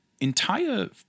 entire